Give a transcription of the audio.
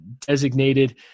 designated